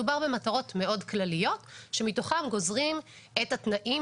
מדובר במטרות מאוד כלליות שמתוכן גוזרים את התנאים